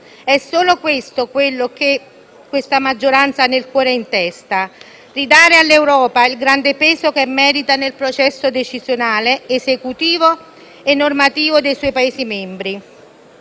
È solo questo che la maggioranza ha veramente nel cuore e in testa: ridare all'Europa il grande peso che merita nel processo decisionale, esecutivo e normativo dei suoi Paesi membri,